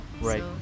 Right